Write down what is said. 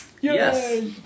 Yes